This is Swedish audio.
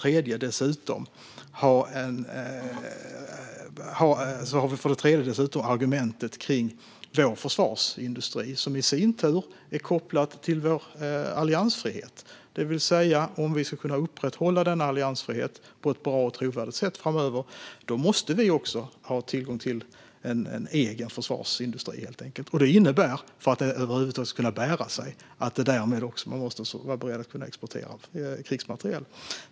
Dessutom har vi argumentet som rör vår försvarsindustri, som i sin tur är kopplad till vår alliansfrihet. Det vill säga: Om vi ska kunna upprätthålla denna alliansfrihet på ett bra och trovärdigt sätt framöver måste vi också ha tillgång till en egen försvarsindustri. Detta innebär - för att det över huvud taget ska kunna bära sig - att man måste vara beredd att exportera krigsmateriel.